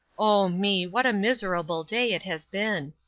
oh, me, what a miserable day it has been!